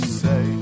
say